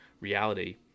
reality